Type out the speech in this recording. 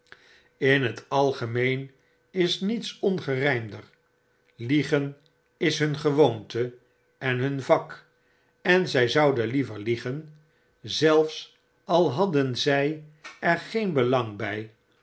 in t algemeen is niets ongerymder liegen is hun gewoonte en hun vak en zy zouden liever liegen zelfs al hadden zy er geen belang by